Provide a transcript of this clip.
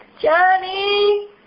Johnny